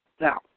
Now